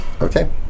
okay